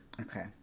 okay